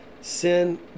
Sin